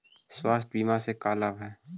स्वास्थ्य बीमा से का लाभ है?